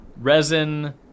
resin